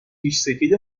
ریشسفید